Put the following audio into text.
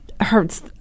hurts